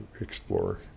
explore